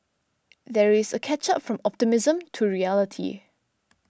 there is a catch up from optimism to reality